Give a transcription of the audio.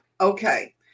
Okay